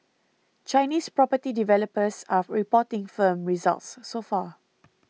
Chinese property developers are reporting firm results so far